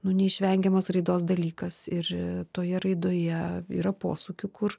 nu neišvengiamas raidos dalykas ir toje raidoje yra posūkių kur